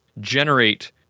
generate